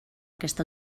aquesta